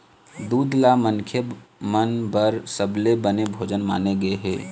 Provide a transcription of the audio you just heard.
दूद ल मनखे मन बर सबले बने भोजन माने गे हे